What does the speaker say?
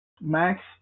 max